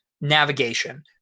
navigation